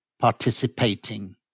participating